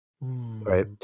Right